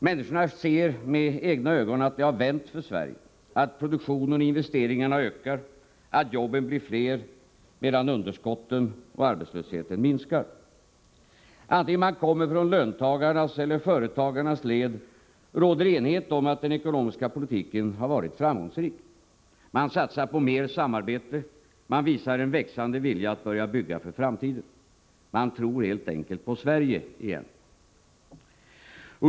Människorna ser med egna ögon att det har vänt för Sverige, att produktionen och investeringarna ökar, att jobben blir flera medan underskotten och arbetslösheten minskar. Antingen man kommer från löntagarnas eller företagarnas led råder enighet om att den ekonomiska politiken har varit framgångsrik. Man satsar på mer samarbete. Man visar en växande vilja att börja bygga för framtiden. Man tror helt enkelt på Sverige igen.